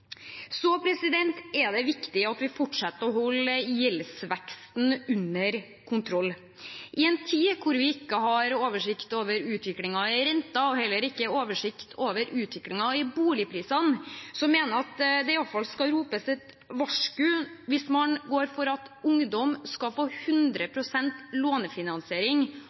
Det er viktig at vi fortsetter å holde gjeldsveksten under kontroll. I en tid da vi ikke har oversikt over utviklingen i renter og heller ikke over utviklingen i boligprisene, mener jeg at det i alle fall skal ropes et varsku hvis man går for at ungdom skal få 100 pst. lånefinansiering